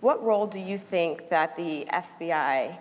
what role do you think that the fbi